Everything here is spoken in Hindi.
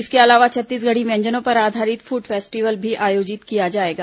इसके अलावा छत्तीसगढ़ी व्यंजनो पर आधारित फूड फेस्टिवल भी आयोजित किया जाएगा